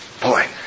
Boy